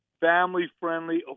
Family-friendly